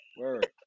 Word